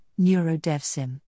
NeuroDevSim